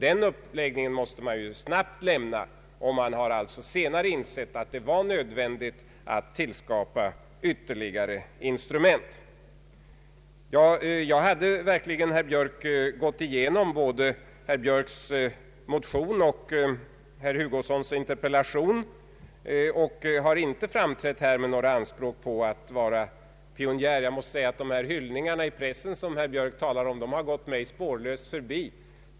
Den :uppläggningen måste man snabbt lämna, och man har senare insett att det var nödvändigt att tillskapa ytterligare instrument. Jag hade verkligen, herr Björk, gått igenom både herr Björks motion och herr Hugossons interpellation, och jag har här inte framträtt med några anspråk på att vara pionjär. De hyllningar i pressen som herr Björk talar om har gått mig spårlöst förbi.